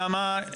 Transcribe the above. נעמה,